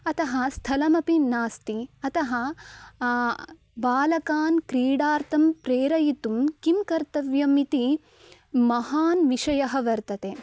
अतः स्थलमपि नास्ति अतः बालकान् क्रीडार्थं प्रेरयितुं किं कर्तव्यम् इति महान् विषयः वर्तते